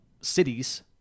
cities